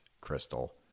crystal